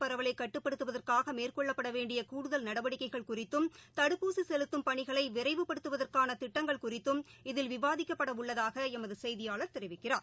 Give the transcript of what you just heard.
பரவலைகட்டுப்படுத்துவதற்காகமேற்கொள்ளப்படவேண்டியகூடுதல் தொற்றுப் இந்தநோய் நடவடிக்கைகள் குறித்தும் தடுப்பூசிசெலுத்தும் பணிகளைவிரைவு படுத்துவதற்கானதிட்டங்கள் குறித்தும் இதில் விவாதிக்கப்படஉள்ளதாகளமதுசெய்தியாளர் தெரிவிக்கிறார்